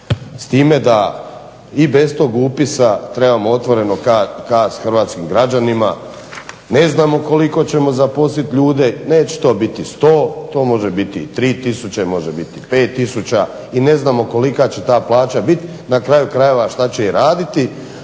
s time da i bez tog upisa trebamo otvoreno kazati hrvatskim građanima, ne znamo koliko ćemo zaposliti ljude. Neće to biti 100, to može biti i 3000, može biti 5000 i ne znamo kolika će ta plaća biti, na kraju krajeva i šta će i raditi